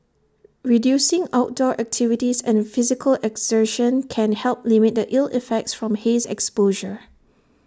reducing outdoor activities and physical exertion can help limit the ill effects from haze exposure